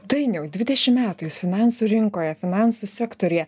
dainiau dvidešim metų jūs finansų rinkoje finansų sektoriuje